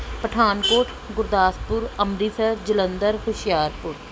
Pathankot Gurdaspur Amritsar Jalandhar Hoshiarpur